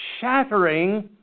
shattering